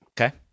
Okay